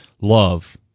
love